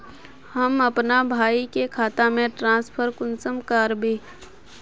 हम अपना भाई के खाता में ट्रांसफर कुंसम कारबे?